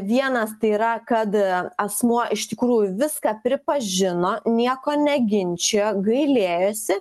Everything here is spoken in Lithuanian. vienas tai yra kad asmuo iš tikrųjų viską pripažino nieko neginčijo gailėjosi